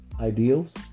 ideals